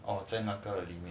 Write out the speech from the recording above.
oh 在那个里面